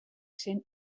zen